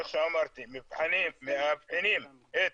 איך שאמרתי, מאבחנים את